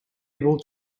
able